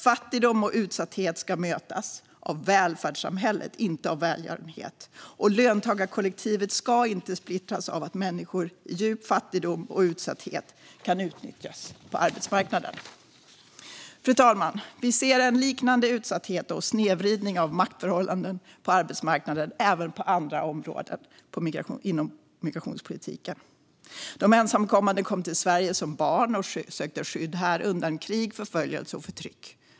Fattigdom och utsatthet ska mötas av välfärdssamhället, inte av välgörenhet. Och löntagarkollektivet ska inte splittras av att människor i djup fattigdom och utsatthet kan utnyttjas på arbetsmarknaden. Fru talman! Vi ser en liknande utsatthet och snedvridning av maktförhållanden även på andra områden inom migrationspolitiken. De ensamkommande kom till Sverige som barn och sökte skydd här, undan krig, förföljelse och förtryck.